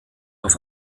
auf